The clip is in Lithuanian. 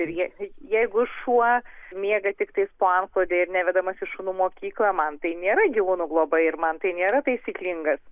ir jei jeigu šuo miega tiktais po antklode ir nevedamas į šunų mokyklą man tai nėra gyvūnų globa ir man tai nėra taisyklingas